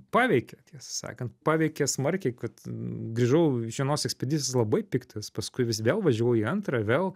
paveikia tiesą sakant paveikia smarkiai kad grįžau iš vienos ekspedicijos labai piktas paskui vis vėl važiavau į antrą vėl